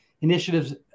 initiatives